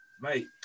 mate